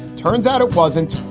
turns out it wasn't.